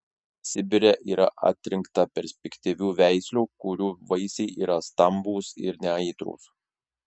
sibire yra atrinkta perspektyvių veislių kurių vaisiai yra stambūs ir neaitrūs